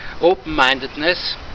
open-mindedness